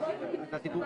מאות אלפים.